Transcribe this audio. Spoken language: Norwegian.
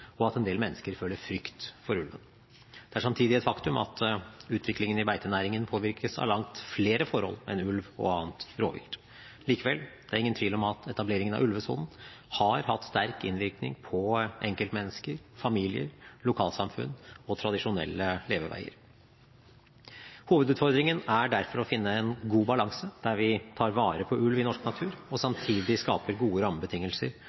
og at en del mennesker føler frykt for ulven. Det er samtidig et faktum at utviklingen i beitenæringen påvirkes av langt flere forhold enn ulv og annet rovvilt. Likevel er det ingen tvil om at etableringen av ulvesonen har hatt sterk innvirkning på enkeltmennesker, familier, lokalsamfunn og tradisjonelle leveveier. Hovedutfordringen er derfor å finne en god balanse, der vi tar vare på ulv i norsk natur og samtidig skaper gode rammebetingelser